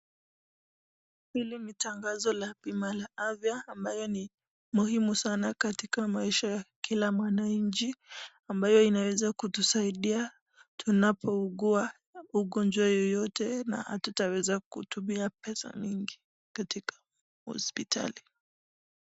Hili ni tangazo la bima la afya ambayo ni muhimu sana katika maisha ya kila mwananchi, ambayo inaweza kutusaidia tunapougua ugonjwa yoyote na hatutaweza kutumia pesa nyingi katika hospitali.